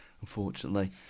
unfortunately